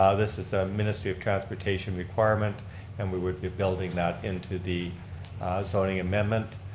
ah this is a ministry of transportation requirement and we would be building that into the zoning amendment.